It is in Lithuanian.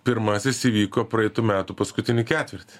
pirmasis įvyko praeitų metų paskutinį ketvirtį